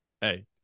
Hey